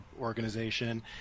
organization